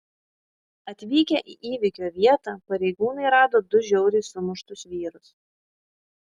atvykę į įvykio vietą pareigūnai rado du žiauriai sumuštus vyrus